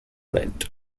rent